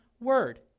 word